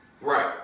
Right